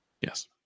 Yes